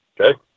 Okay